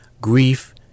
grief